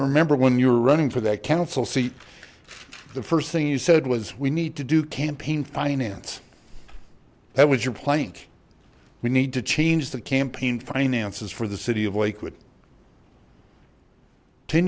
remember when you were running for that council seat the first thing you said was we need to do campaign finance that was your plane we need to change the campaign finances for the city of